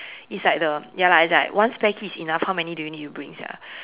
it's like the ya lah it's like one spare key is enough how many do you need to bring sia